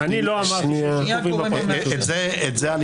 אני לא אמרתי ------ את זה אני